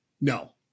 no